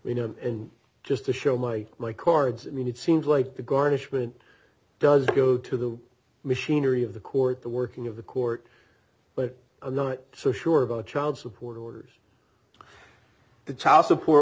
you know and just to show my cards i mean it seems like the garnishment does go to the machinery of the court the working of the court but i'm not so sure about child support orders the child support